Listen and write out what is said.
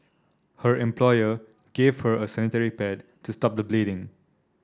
her employer gave her a sanitary pad to stop the bleeding